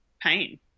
pain